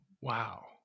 wow